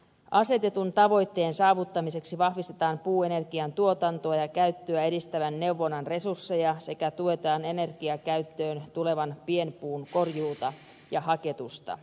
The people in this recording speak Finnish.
asetetun tavoitteen saavuttamiseksi vahvistetaan puuenergian tuotantoa ja käyttöä edistävän neuvonnan resursseja sekä tuetaan energiakäyttöön tulevan pienpuun korjuuta ja haketusta